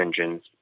engines